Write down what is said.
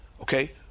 okay